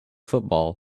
football